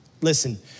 listen